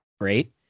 great